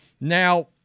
now